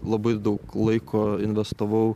labai daug laiko investavau